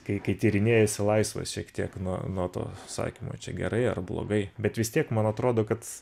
kai kai tyrinėji esi laisvas šiek tiek nuo nuo to sakymo čia gerai ar blogai bet vis tiek man atrodo kad